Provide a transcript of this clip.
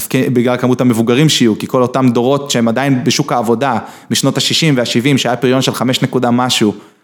‫אז בגלל כמות המבוגרים שיהיו, ‫כי כל אותם דורות שהם עדיין בשוק העבודה ‫משנות ה-60 וה-70, ‫שהיה פריון של חמש נקודה משהו.